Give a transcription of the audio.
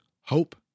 hope